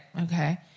okay